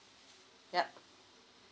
yup